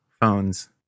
phones